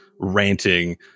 ranting